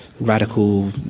radical